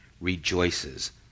rejoices